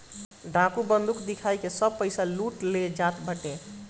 डाकू बंदूक दिखाई के सब पईसा लूट ले जात बाने